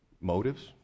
motives